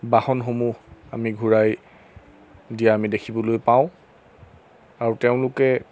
বাহনসমূহ আমি ঘূৰাই দিয়া আমি দেখিবলৈ পাওঁ আৰু তেওঁলোকে